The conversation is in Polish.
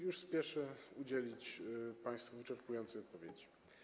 Już spieszę udzielić państwu wyczerpującej odpowiedzi.